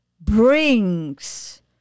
brings